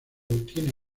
tiene